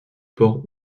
ports